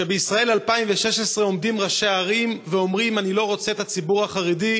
כשבישראל 2016 עומדים ראשי ערים ואומרים: אני לא רוצה את הציבור החרדי,